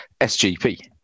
SGP